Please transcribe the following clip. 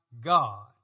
God